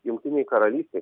jungtinėj karalystėj